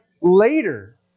later